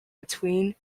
between